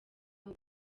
ngo